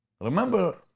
Remember